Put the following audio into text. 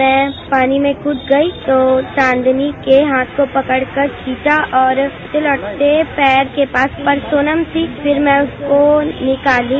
मैं पानी में कूद गई तो चांदनी के हाथ को पकड़कर खींचा और लौटते लौटते पैर के पास पर सोनम थी मैं उसको निकाली